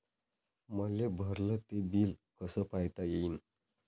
मले भरल ते बिल कस पायता येईन?